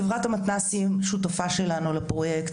חברת המתנ"סים שותפה שלנו לפרויקט,